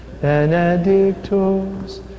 benedictus